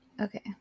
Okay